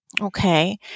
Okay